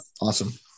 Awesome